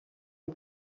est